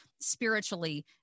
spiritually